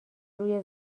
روی